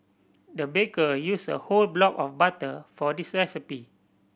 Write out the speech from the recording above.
the baker used a whole block of butter for this recipe